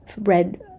red